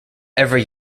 every